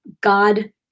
God